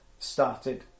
started